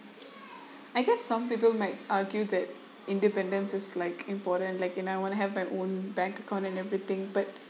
I guess some people might argue that independence is like important like you know I wanna have my own bank account and everything but